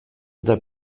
eta